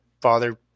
father